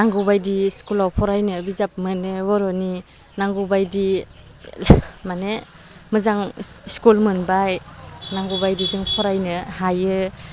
नांगौबायदि स्कुलाव फरायनो बिजाब मोनो बर'नि नांगौबायदि माने मोजां स्कुल मोनबाय नांगौबायदि जों फरायनो हायो